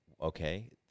Okay